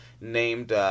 named